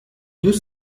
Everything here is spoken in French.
deux